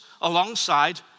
alongside